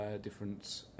different